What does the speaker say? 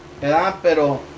pero